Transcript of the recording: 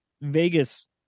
Vegas